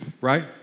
right